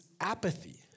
apathy